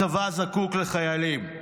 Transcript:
הצבא זקוק לחיילים.